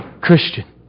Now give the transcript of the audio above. Christian